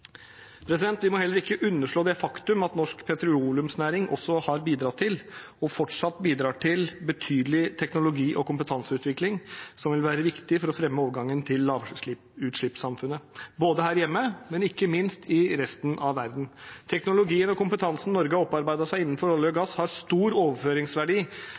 Vi må heller ikke underslå det faktum at norsk petroleumsnæring også har bidratt til – og fortsatt bidrar til – en betydelig teknologi- og kompetanseutvikling, som vil være viktig for å fremme overgangen til lavutslippssamfunnet, både her hjemme og, ikke minst, i resten av verden. Teknologien og kompetansen Norge har opparbeidet seg innenfor olje og gass, har stor overføringsverdi